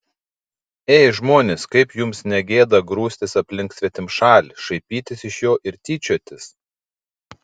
ei žmonės kaip jums ne gėda grūstis aplink svetimšalį šaipytis iš jo ir tyčiotis